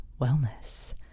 wellness